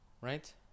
right